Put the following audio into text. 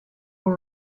con